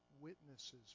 witnesses